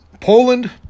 Poland